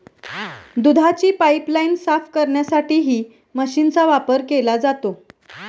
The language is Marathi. दुधाची पाइपलाइन साफ करण्यासाठीही मशीनचा वापर केला जातो